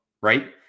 Right